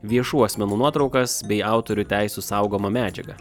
viešų asmenų nuotraukas bei autorių teisių saugomą medžiagą